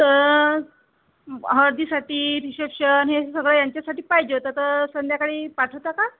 तर हळदीसाठी रिशेप्शन हे सगळं यांच्यासाठी पाहिजे होता तर संध्याकाळी पाठवता का